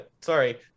sorry